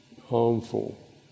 harmful